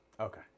Okay